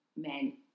men